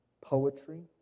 poetry